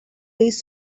these